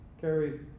carries